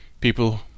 people